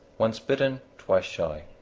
once bitten, twice shy.